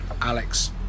Alex